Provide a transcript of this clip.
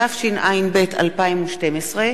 התשע"ב 2012,